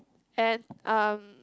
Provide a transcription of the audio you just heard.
and um